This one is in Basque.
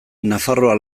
nafarroa